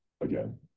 again